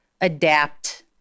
adapt